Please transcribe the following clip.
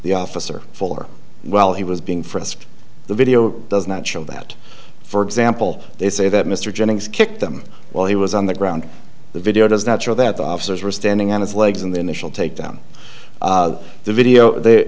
the officer for while he was being frisked the video does not show that for example they say that mr jennings kicked them while he was on the ground the video does not show that the officers were standing on his legs in the initial takedown the video the